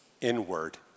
inward